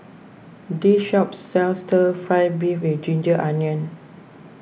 this shop sells Stir Fry Beef with Ginger Onions